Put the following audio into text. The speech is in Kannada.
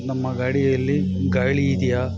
ನಮ್ಮ ಗಾಡಿಯಲ್ಲಿ ಗಾಳಿ ಇದೆಯಾ